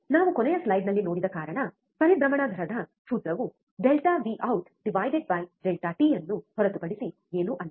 ನಾವು ಕೊನೆಯ ಸ್ಲೈಡ್ನಲ್ಲಿ ನೋಡಿದ ಕಾರಣ ಪರಿಭ್ರಮಣ ದರದ ಸೂತ್ರವು Δವಿಔಟ್ ΔಟಿΔVout Δt ಅನ್ನು ಹೊರತುಪಡಿಸಿಏನೂ ಅಲ್ಲ